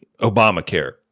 Obamacare